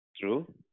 true